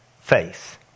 faith